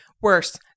Worse